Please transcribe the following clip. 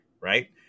right